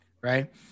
right